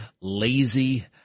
lazy